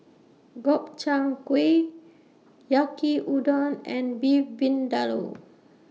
Gobchang Gui Yaki Udon and Beef Vindaloo